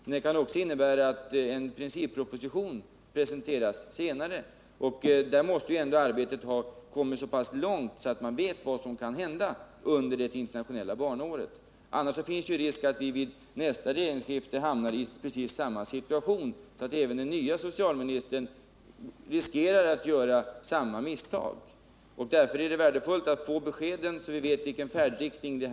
Men det kan också innebära att en principproposition presenteras senare, och här måste man ändå ha kommit så pass långt med arbetet att man vet vad som kan hända under det internationella barnaåret. Annars finns risken att vi vid nästa regeringsskifte hamnar i precis samma situation, så att även den nya socialministern riskerar att göra samma misstag. Därför är det värdefullt att få besked, så att vi vet färdriktningen.